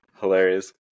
Hilarious